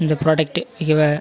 இந்த ப்ராடக்ட்டு ஓகேவா